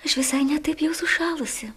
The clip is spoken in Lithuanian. aš visai ne taip jau sušalusi